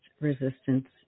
resistance